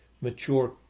mature